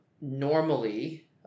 Normally